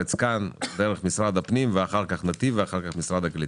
בארץ דרך משרד הפנים ואחר כך נתיב ואחר כך משרד הקליטה.